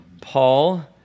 Paul